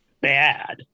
bad